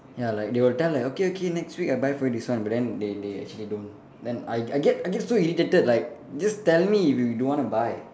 ya like they will tell like okay okay next week I buy for you this one but then they they actually don't then I I get I get so irritated like just tell me if you don't want to buy